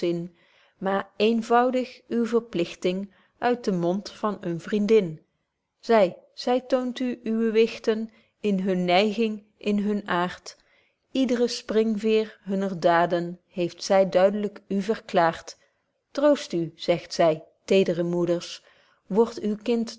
maar eenvoudig uw verpligting uit den mond van een vriendin zy zy toont u uwe wichten in hunn neiging in hunn aart ydre springveêr hunner daaden heeft zy duidlyk u verklaart troost u zegt zy tedre moeders word uw kind